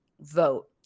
vote